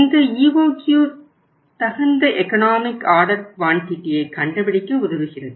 இந்த EOQ தகுந்த economic order குவான்டிட்டியை கண்டுபிடிக்க உதவுகிறது